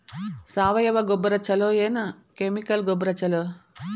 ಸಾವಯವ ಗೊಬ್ಬರ ಛಲೋ ಏನ್ ಕೆಮಿಕಲ್ ಗೊಬ್ಬರ ಛಲೋ?